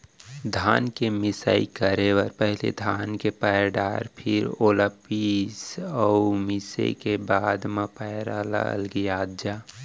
धान के मिंजई करे बर पहिली धान के पैर डार फेर ओला मीस अउ मिसे के बाद म पैरा ल अलगियात जा